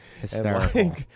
hysterical